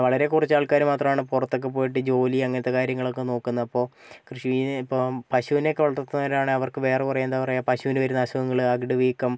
വളരേ കുറച്ച് ആൾക്കാർ മാത്രമാണ് പുറത്തൊക്കെ പോയിട്ട് ജോലിയും അങ്ങനത്തെ കാര്യങ്ങളൊക്കെ നോക്കുന്നത് അപ്പോൾ കൃഷീ ഇപ്പോൾ പശൂനെയൊക്കെ വളർത്തുന്നവരാണെങ്കിൽ അവർക്ക് വേറെ കുറേ എന്താ പറയാ പശുവിന് വരുന്ന അസുഖങ്ങൾ അകിട് വീക്കം